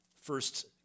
first